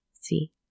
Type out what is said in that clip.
See